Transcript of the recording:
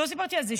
לא סיפרתי על זה.